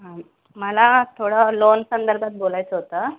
हां मला थोडं लोन संदर्भात बोलायचं होतं